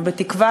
בתקווה